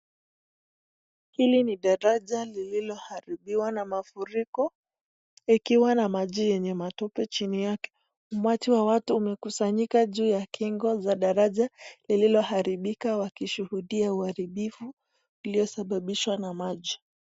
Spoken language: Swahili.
Hili ni daraja lililo haribiwa na mafuriko ikiwa na maji yenye matope chini yake, umati wa watu umekasanyika juu ya kingo za daraja lilo haribika wakishihudia uharibifu uliyo sababishwa na maji.